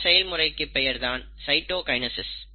இந்த செயல்முறைக்கு பெயர்தான் சைட்டோகைனசிஸ்